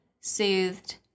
soothed